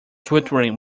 twittering